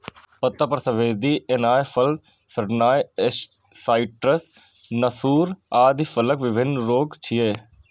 पत्ता पर सफेदी एनाय, फल सड़नाय, साइट्र्स नासूर आदि फलक विभिन्न रोग छियै